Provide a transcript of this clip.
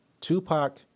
Tupac